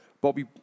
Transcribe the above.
Bobby